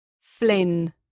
Flynn